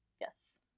Yes